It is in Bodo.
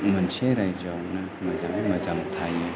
मोनसे रायजोआवनो मोजाङै मोजां थाहैनो